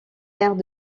mère